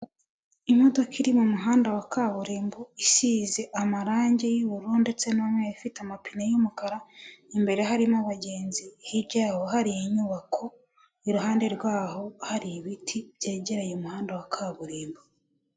Imodoka iri mu muhanda wa kaburimbo, isize amarangi y'ubururu ndetse n'umweru ifite amapine y'umukara, imbere harimo abagenzi, hirya yaho hari inyubako, iruhande rwaho hari ibiti byegereye umuhanda wa kaburimbo.